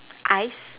eyes